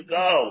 go